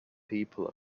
people